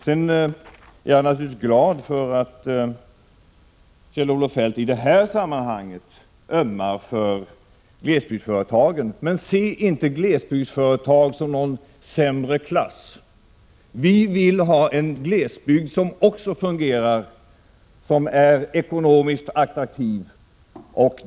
Sedan är jag naturligtvis glad för att Kjell-Olof Feldt i det här sammanhanget ömmar för glesbygdsföretagen. Men se inte glesbygdsföretag som någon sämre klass! Vi vill ha en glesbygd som fungerar och som är ekonomiskt attraktiv.